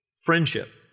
friendship